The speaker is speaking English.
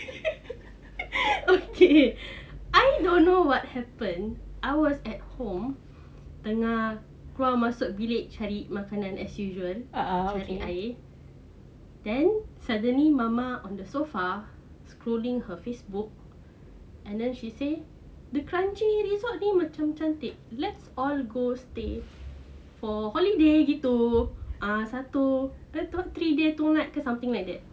okay I don't know what happen I was at home tengah keluar masuk bilik cari makanan as usual cari air then suddenly mama on the sofa scrolling her Facebook and then she say the kranji resort ni macam cantik let's all go stay for holiday gitu ah satu three day two night something like that